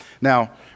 Now